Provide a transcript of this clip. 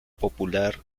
popular